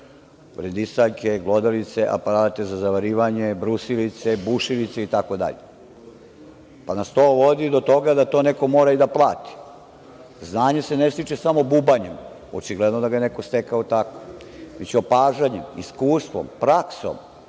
rendisaljke, glodalice, aparate za zavarivanje, brusilice, bušilice, itd. Sve nas to vodi do toga da to neko mora i da plati. Znanje se ne stiče samo bubanjem, a očigledno je da ga je neko stekao tako, već opažanjem, iskustvom, praksom,